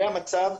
זה המצב.